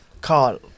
Carl